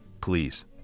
Please